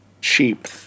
Cheap